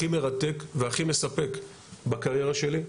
הכי מרתק והכי מספק בקריירה שלי,